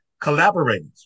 collaborators